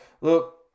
look